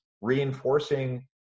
reinforcing